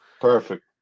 Perfect